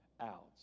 out